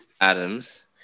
Adams